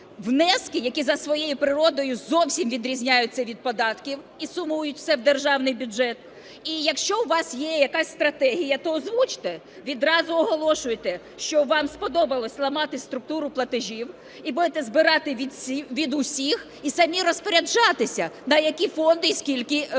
внески, які за своєю природою зовсім відрізняються від податків і сумують все в державний бюджет. І якщо у вас є якась стратегія, то озвучте. Відразу оголошуйте, що вам сподобалося ламати структуру платежів і будете збирати від усіх і самі розпоряджатися, на які фонди і скільки виділяти